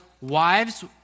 wives